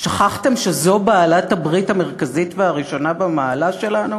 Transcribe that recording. שכחתם שזו בעלת-הברית המרכזית והראשונה במעלה שלנו?